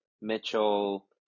Mitchell